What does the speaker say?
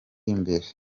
imbere